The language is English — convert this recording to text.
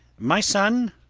my son,